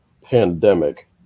pandemic